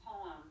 poem